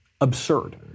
absurd